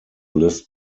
list